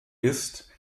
ist